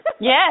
Yes